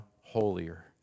holier